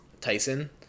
Tyson